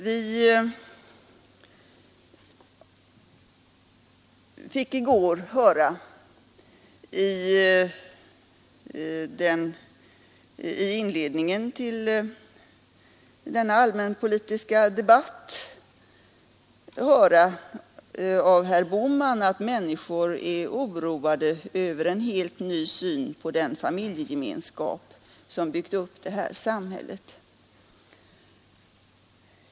Vi fick i går i inledningen till den allmänpolitiska debatten höra av herr Bohman att människorna är oroade över den helt nya synen på den familjegemenskap som byggt upp detta samhälle.